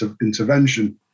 intervention